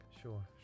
Sure